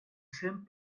cent